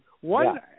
one